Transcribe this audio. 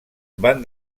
van